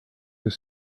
are